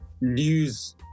news